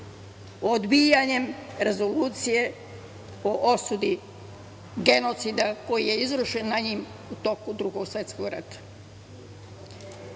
odbijanjem rezolucije o osudi genocida koji je izvršen nad njim u toku Drugog svetskog rata.